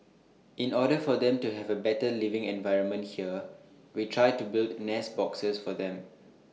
in order for them to have A better living environment here we try to build nest boxes for them